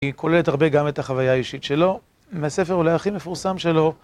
היא כוללת הרבה גם את החוויה האישית שלו, מהספר אולי הכי מפורסם שלו.